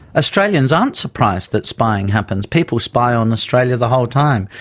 australians aren't surprised that spying happens. people spy on australia the whole time.